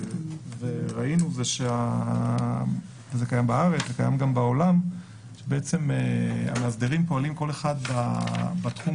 וזה קיים גם בארץ וגם בעולם זה שהמאסדרים פועלים כל אחד בתחום